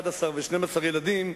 11 ו-12 ילדים,